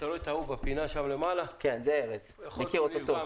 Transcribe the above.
יכול להיות שאחרי הדיון היום